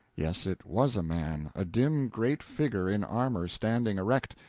yes, it was a man a dim great figure in armor, standing erect,